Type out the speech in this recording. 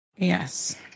Yes